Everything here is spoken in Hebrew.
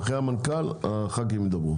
אחרי המנכ"ל חברי הכנסת ידברו.